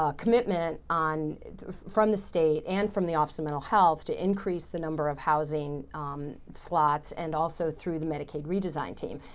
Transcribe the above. ah commitment from the state and from the office of mental health to increase the number of housing slots and also through the medicaid redesign team,